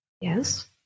Yes